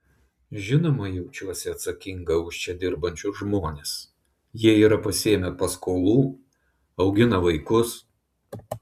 žinoma jaučiuosi atsakinga už čia dirbančius žmones jie yra pasiėmę paskolų augina vaikus